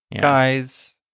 Guys